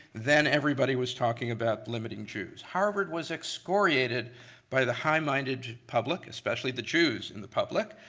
then everybody was talking about limiting jews. harvard was excoriated by the high-minded public, especially the jews in the public,